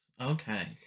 Okay